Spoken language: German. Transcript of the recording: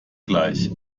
gleich